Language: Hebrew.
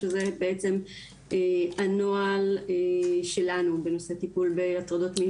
שזה בעצם הנוהל שלנו בנושא טיפול בהטרדות מיניות.